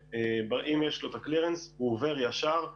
ואם יש לו את הקלירנס הוא עובר ישר,